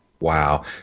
Wow